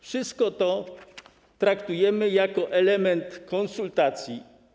Wszystko to traktujemy jako element konsultacji.